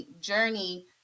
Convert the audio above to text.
journey